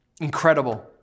incredible